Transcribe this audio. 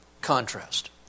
contrast